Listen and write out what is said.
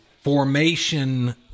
formation